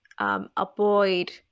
Avoid